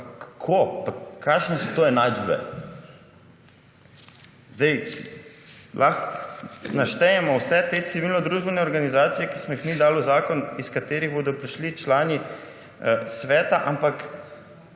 Kako, kakšne so to enačbe? Sedaj lahko naštejemo vse te civilnodružbene organizacije, ki smo jih mi dali v zakon, iz katerih bodo prišli člani sveta, ampak